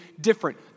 different